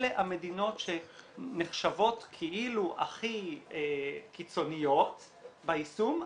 אלה המדינות שנחשבות כאילו הכי קיצוניות ביישום,